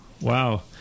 Wow